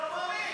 מר דרוקר תוקף,